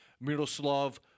Miroslav